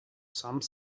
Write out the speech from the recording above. some